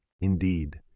Indeed